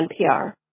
NPR